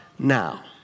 now